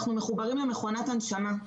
אנחנו מחוברים למכונת הנשמה,